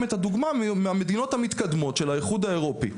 את הדוגמה מהמדינות המתקדמות של האיחוד האירופי.